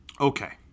Okay